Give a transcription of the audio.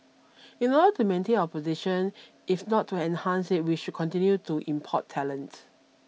in order to maintain our position if not to enhance it we should continue to import talent